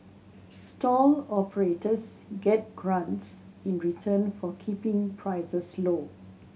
stall operators get grants in return for keeping prices low